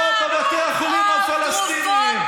או בבתי החולים הפלסטינים.